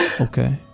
okay